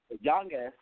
youngest